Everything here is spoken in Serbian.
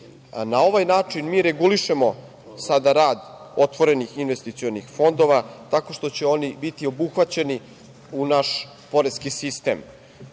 Na ovaj način mi regulišemo sada rad otvorenih investicionih fondova tako što će oni biti obuhvaćeni u naš poreski sistem.